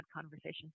conversations